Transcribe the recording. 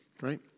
Right